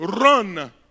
Run